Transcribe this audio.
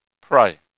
pray